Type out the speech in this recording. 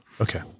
Okay